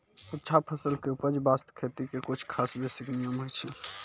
अच्छा फसल के उपज बास्तं खेती के कुछ खास बेसिक नियम होय छै